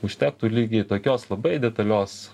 užtektų lygiai tokios labai detalios